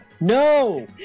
No